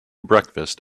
breakfast